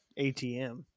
ATM